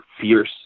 fierce